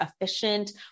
efficient